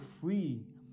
free